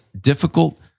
difficult